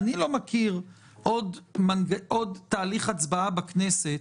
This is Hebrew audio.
אני לא מכיר עוד תהליך הצבעה בכנסת